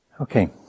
Okay